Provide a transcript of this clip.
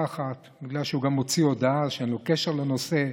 אחת: בגלל שהוא גם הוציא הודעה שאין לו קשר לנושא,